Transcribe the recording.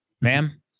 ma'am